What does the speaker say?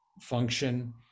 function